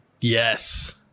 Yes